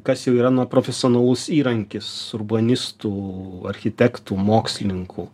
kas jau yra na profesionalus įrankis urbanistų architektų mokslininkų